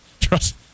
trust